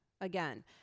again